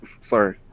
sorry